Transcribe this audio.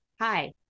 hi